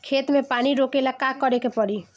खेत मे पानी रोकेला का करे के परी?